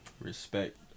Respect